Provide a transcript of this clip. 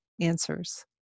answers